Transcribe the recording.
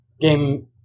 game